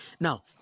Now